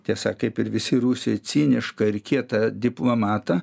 tiesa kaip ir visi rusai cinišką ir kietą diplomatą